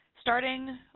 Starting